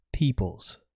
peoples